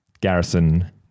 Garrison